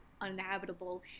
uninhabitable